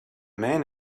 man